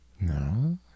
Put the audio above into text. no